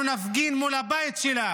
אנחנו נפגין מול הבית שלה.